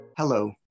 Hello